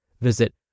Visit